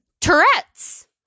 Tourette's